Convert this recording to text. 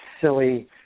silly